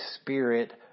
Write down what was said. spirit